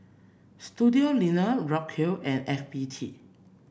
Studioline Ripcurl and F B T